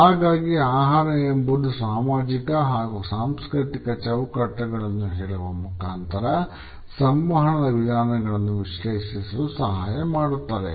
ಹಾಗಾಗಿ ಆಹಾರ ಎಂಬುದು ವ್ಯಕ್ತಿಯ ಸಾಮಾಜಿಕ ಹಾಗೂ ಸಾಂಸ್ಕೃತಿಕ ಚೌಕಟ್ಟುಗಳನ್ನು ಹೇಳುವ ಮುಖಾಂತರ ಸಂವಹನದ ವಿಧಾನಗಳನ್ನು ವಿಶ್ಲೇಷಿಸಲು ಸಹಾಯ ಮಾಡುತ್ತದೆ